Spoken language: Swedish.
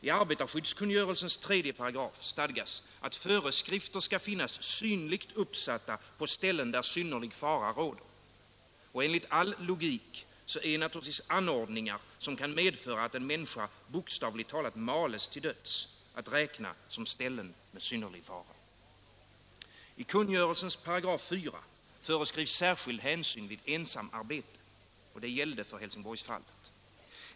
” I arbetarskyddskungörelsens 3§ stadgas att föreskrifter skall finnas synligt uppsatta på ställen där synnerlig fara råder. Enligt all logik är naturligtvis anordningar som kan medföra att en människa bokstavligt Nr 85 talat mals till döds att räkna som ställen med synnerlig fara. I kungörelsens 4 § föreskrivs särskild hänsyn vid ensamarbete. Det gällde för Helsingborgsfallet.